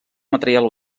material